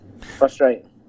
frustrating